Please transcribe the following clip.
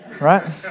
right